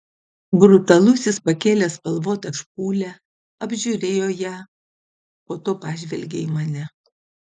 brutalusis pakėlė spalvotą špūlę apžiūrėjo ją po to pažvelgė į mane